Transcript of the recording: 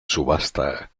subasta